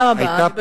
בפעם הבאה.